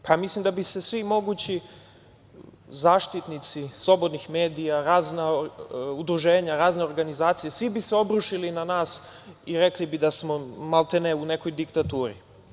Pa, ja mislim da bi se svi mogući zaštitnici slobodnih medija, razna udruženja, razne organizacije, svi bi se obrušili na nas i rekli bi da smo, maltene, u nekoj diktaturi.